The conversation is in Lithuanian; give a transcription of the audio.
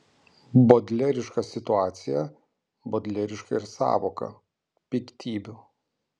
bodleriška situacija bodleriška ir sąvoka piktybių